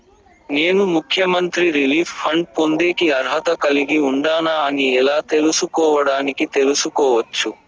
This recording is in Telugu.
నేను ముఖ్యమంత్రి రిలీఫ్ ఫండ్ పొందేకి అర్హత కలిగి ఉండానా అని ఎలా తెలుసుకోవడానికి తెలుసుకోవచ్చు